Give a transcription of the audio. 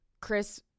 Chris